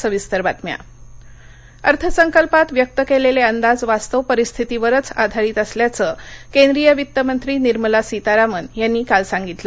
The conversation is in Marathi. सीतारामन अर्थसंकल्पात व्यक्त केलेले अंदाज वास्तव परिस्थितीवरच आधारित असल्याचं केंद्रीय वित्तमंत्री निर्मला सीतारामन यांनी काल सांगितलं